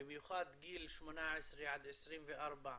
במיוחד בגיל 18 עד 24,